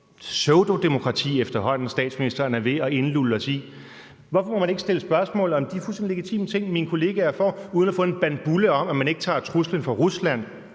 pseudodemokrati, statsministeren er ved at indlulle os i? Hvorfor må man ikke stille spørgsmål om de fuldstændig legitime ting, mine kollegaer spurgte til, uden at få en bandbulle om, at man ikke tager truslen fra Rusland,